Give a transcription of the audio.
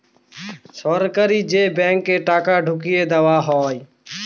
সরাসরি যে ব্যাঙ্কে টাকা ঢুকিয়ে দেওয়া হয়